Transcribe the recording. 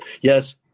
Yes